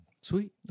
Sweet